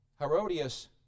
Herodias